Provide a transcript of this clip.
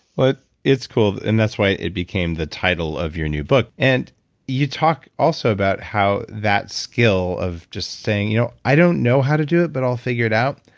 but it's cool and that's why it became the title of your new book. and you talk also about how that skill of just saying you know i don't know how to do it, but i'll figure it out,